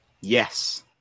Yes